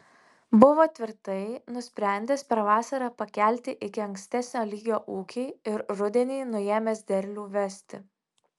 buvo tvirtai nusprendęs per vasarą pakelti iki ankstesnio lygio ūkį ir rudenį nuėmęs derlių vesti